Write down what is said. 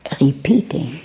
repeating